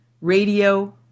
radio